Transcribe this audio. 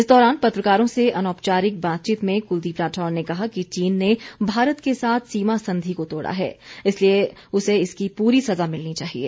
इस दौरान पत्रकारों से अनौपचारिक बातचीत में कुलदीप राठौर ने कहा कि चीन ने भारत के साथ सीमा संधि को तोड़ा हैं इसलिए उसे इसकी पूरी सज़ा मिलनी चाहिए